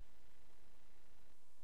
חבר